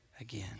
again